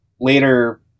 later